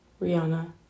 Rihanna